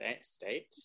state